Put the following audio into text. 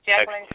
juggling